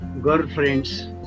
girlfriends